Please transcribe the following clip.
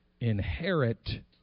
inherit